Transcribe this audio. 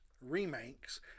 remakes